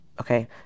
okay